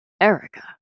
Erica